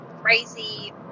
crazy